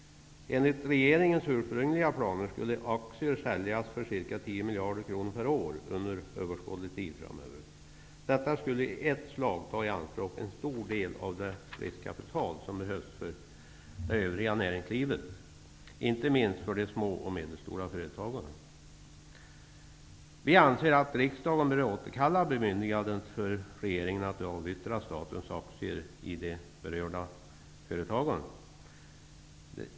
Enligt regeringens ursprungliga planer skulle aktier säljas för ca 10 miljarder kronor per år under överskådlig tid framöver. Detta skulle i ett slag ta i anspråk en stor del av det riskkapital som behövs för det övriga näringslivet, inte minst för de små och medelstora företagen. Vi anser att riksdagen bör återkalla bemyndigandet för regeringen att avyttra statens aktier i de berörda företagen.